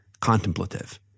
contemplative